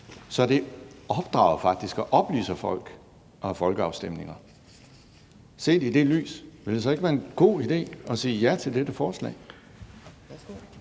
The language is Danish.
Så det opdrager faktisk og oplyser folk at have folkeafstemninger. Set i det lys, vil det så ikke være en god idé at sige ja til dette forslag?